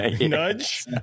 Nudge